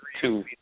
two